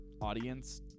audience